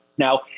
Now